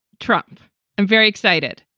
trump. i'm very excited.